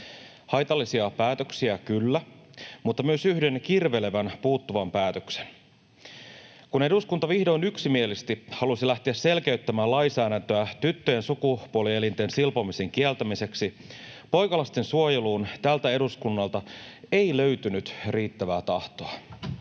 Haitallisia päätöksiä kyllä, mutta myös yhden kirvelevän puuttuvan päätöksen. Kun eduskunta vihdoin yksimielisesti halusi lähteä selkeyttämään lainsäädäntöä tyttöjen sukupuolielinten silpomisen kieltämiseksi, poikalasten suojeluun tältä eduskunnalta ei löytynyt riittävää tahtoa.